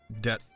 debt